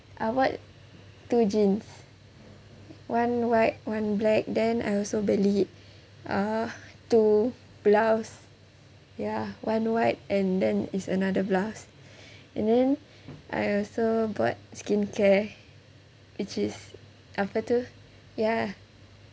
I bought two jeans one white one black then I also beli ah two blouse ya one white and then is another blouse and then I also bought skincare which is apa tu ya